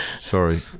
sorry